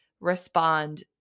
respond